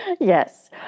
Yes